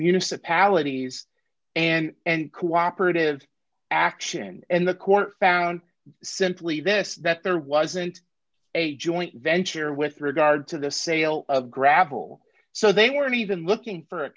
municipalities and cooperative action and the court found simply this that there wasn't a joint venture with regard to the sale of gravel so they weren't even looking for a